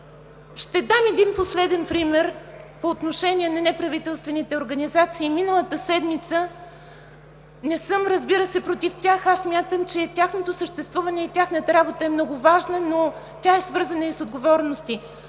Ще дам един последен пример по отношение на неправителствените организации. Не съм, разбира се, против тях, смятам, че тяхното съществуване и тяхната работа е много важна, но тя е свързана и с отговорности.